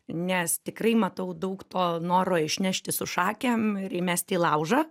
nes tikrai matau daug to noro išnešti su šakėm ir įmesti į laužą